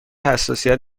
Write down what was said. حساسیت